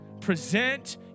present